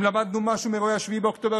אם למדנו משהו מאירועי 7 באוקטובר,